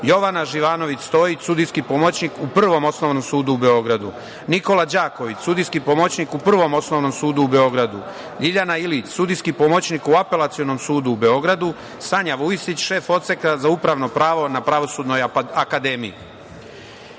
Jovana Živanović Stojić, sudijski pomoćnik u Prvom osnovnom sudu u Beogradu, Nikola Đaković, sudijski pomoćnik u Prvom osnovnom sudu u Beogradu, Ljiljana Ilić, sudijski pomoćnik u Apelacionom sudu u Beogradu, Sanja Vujisić, šef Odseka za upravno pravo na Pravosudnoj akademiji.Za